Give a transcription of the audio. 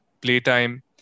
playtime